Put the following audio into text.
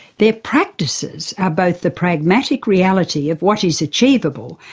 their practices are both the pragmatic reality of what is achievable,